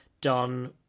done